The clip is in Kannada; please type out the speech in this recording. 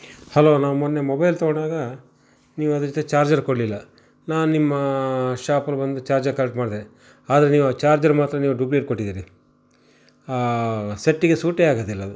ಹಲೋ ನಾನು ಮೊನ್ನೆ ಮೊಬೈಲ್ ತಗೊಂಡಾಗ ನೀವು ಅದರ ಜೊತೆ ಚಾರ್ಜರ್ ಕೊಡಲಿಲ್ಲ ನಾನು ನಿಮ್ಮ ಶಾಪಲ್ಲಿ ಬಂದು ಚಾರ್ಜರ್ ಕಲೆಕ್ಟ್ ಮಾಡಿದೆ ಆದರೆ ನೀವು ಆ ಚಾರ್ಜರ್ ಮಾತ್ರ ನೀವು ಡೂಪ್ಲಿಕೇಟ್ ಕೊಟ್ಟಿದ್ದಿರಿ ಆ ಸೆಟ್ಗೆ ಸೂಟೇ ಆಗೋದಿಲ್ಲ ಅದು